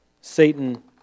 Satan